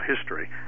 history